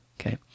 okay